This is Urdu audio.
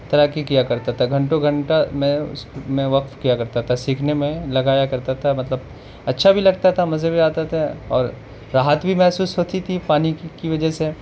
تیراکی کیا کرتا تھا گھنٹوں گھنٹہ میں اس میں وقف کیا کرتا تھا سیکھنے میں لگایا کرتا تھا مطلب اچھا بھی لگتا تھا مزے بھی آتے تھے اور راحت بھی محسوس ہوتی تھی پانی کی کی وجہ سے